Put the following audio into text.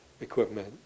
equipment